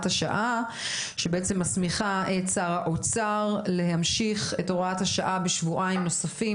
השעה שבעצם מסמיכה את שר האוצר להמשיך את הוראת השעה בשבועיים נוספים.